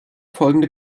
folgende